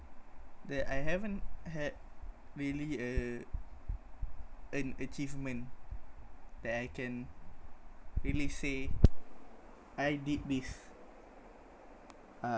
uh I haven't had really a an achievement that I can really say I did this uh